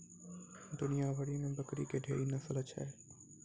दुनिया भरि मे बकरी के ढेरी नस्ल छै